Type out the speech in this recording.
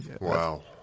wow